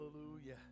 hallelujah